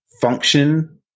function